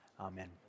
Amen